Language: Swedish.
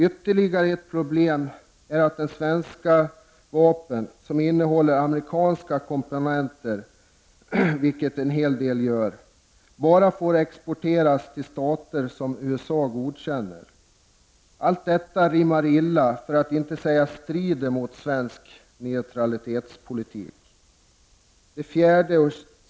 Ytterligare ett problem är att de svenska vapen som innehåller amerikanska komponenter, vilket en hel del gör, bara får exporteras till stater som USA godkänner. Allt detta rimmar illa, för att inte säga strider mot den svenska neutralitetspolitiken.